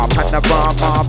Panorama